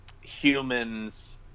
humans